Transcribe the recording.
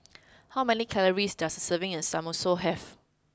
how many calories does a serving of Samosa have